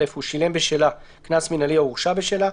(א)הוא שילם בשלה קנס מינהלי או הורשע בשלה,